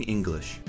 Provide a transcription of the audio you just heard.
English